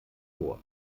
vor